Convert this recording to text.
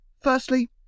Firstly